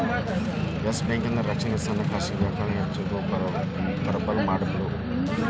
S ಬ್ಯಾಂಕಿನ್ ರಕ್ಷಣೆ ಸಣ್ಣ ಖಾಸಗಿ ಬ್ಯಾಂಕ್ಗಳನ್ನ ಹೆಚ್ ದುರ್ಬಲಮಾಡಿಬಿಡ್ತ್